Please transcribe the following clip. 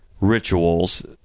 rituals